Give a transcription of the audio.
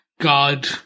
God